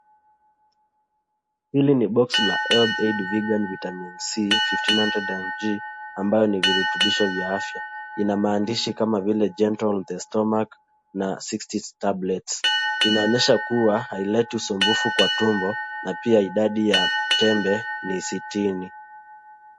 Hili ni boksi la Health Aid Vegan Vitamin C Fifteen Hundred mg ambayo ni virutubisho vya afya. Ina maandishi kama vile Gentle on the stomach na sixty tablets. Inaonyesha kuwa haileti usumbufu kwa tumbo na pia idadi ya tembe ni sitini.